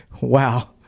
Wow